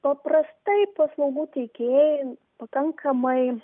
paprastai paslaugų tiekėjai pakankamai